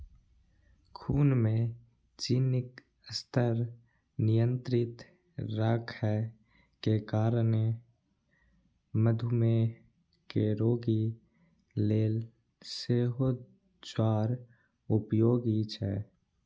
खून मे चीनीक स्तर नियंत्रित राखै के कारणें मधुमेह के रोगी लेल सेहो ज्वार उपयोगी छै